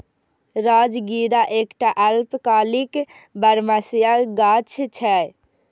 राजगिरा एकटा अल्पकालिक बरमसिया गाछ छियै